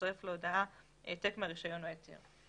תצרף להודעה העתק מהרישיון או ההיתר".